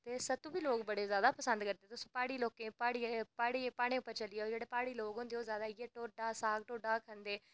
ते सत्तू बी लोक बड़े पसंद करदे तुस प्हाड़ी लाकें च प्हाड़ें पर चली जाओ जेह्ड़े प्हाड़ी लोक होंदे ओह् इ'यै साग ढोड्डा खंदे